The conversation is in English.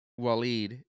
waleed